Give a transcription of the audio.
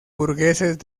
burgueses